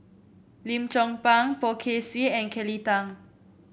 Lim Chong Pang Poh Kay Swee and Kelly Tang